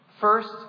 First